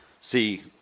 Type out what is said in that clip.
see